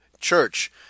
Church